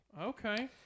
Okay